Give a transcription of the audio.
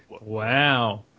Wow